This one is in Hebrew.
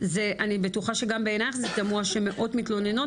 אני בטוחה שגם בעינייך זה תמוה שמאות מתלוננות